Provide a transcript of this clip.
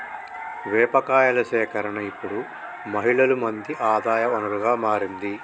వేప కాయల సేకరణ ఇప్పుడు మహిళలు మంది ఆదాయ వనరుగా మారింది